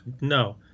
No